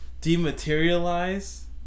dematerialize